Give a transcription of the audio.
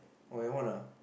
oh you want ah